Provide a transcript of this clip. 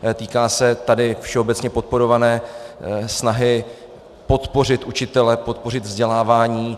Týká se tady všeobecně podporované snahy podpořit učitele, podpořit vzdělávání.